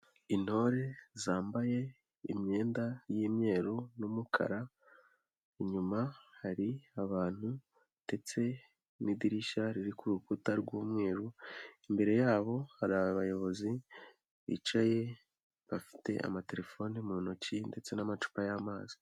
Intore zambaye imyenda y'imweru n'umukara, inyuma hari abantu ndetse n'idirishya riri ku rukuta rw'umweru, imbere yabo hari abayobozi bicaye bafite amatelefoni mu ntoki ndetse n'amacupa y'amazi.